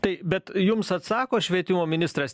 tai bet jums atsako švietimo ministras